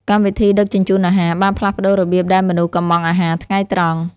កម្មវិធីដឹកជញ្ជូនអាហារ បានផ្លាស់ប្តូររបៀបដែលមនុស្សកុម្ម៉ង់អាហារថ្ងៃត្រង់។